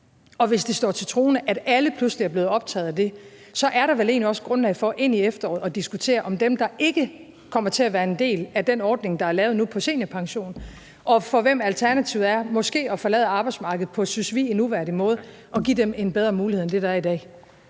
og hvis det står til troende, at alle pludselig er blevet optaget af det, så er der vel egentlig også grundlag for ind i efteråret at diskutere at give dem, der ikke kommer til at være en del af den seniorpensionsordning, der er lavet nu, og for hvem alternativet måske er at forlade arbejdsmarkedet på en, synes vi, uværdig måde, en bedre mulighed end den, de har i dag.